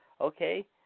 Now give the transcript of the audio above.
okay